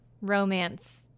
romance